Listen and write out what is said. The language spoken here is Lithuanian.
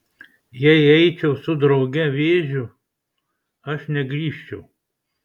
jei eičiau su drauge vėžiu aš negrįžčiau